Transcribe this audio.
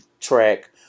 track